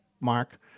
mark